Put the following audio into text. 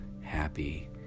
happy